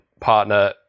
partner